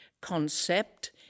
concept